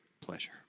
pleasure